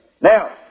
Now